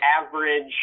average